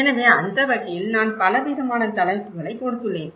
எனவே அந்த வகையில் நான் பலவிதமான தலைப்புகளைக் கொடுத்துள்ளேன்